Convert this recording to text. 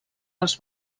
els